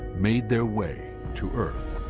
made their way to earth.